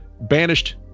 banished